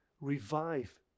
revive